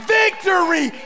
victory